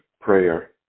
prayer